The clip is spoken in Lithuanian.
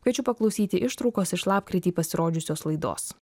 kviečiu paklausyti ištraukos iš lapkritį pasirodžiusios laidos